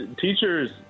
teachers